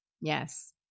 Yes